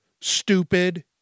stupid